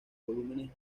volúmenes